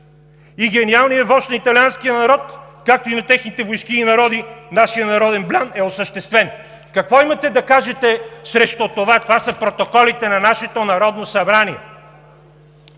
и гениалния вожд на италианския народ, както и на техните войски и народи, нашият народен блян е осъществен“. Какво имате да кажете срещу това? Това са протоколите на нашето Народно събрание!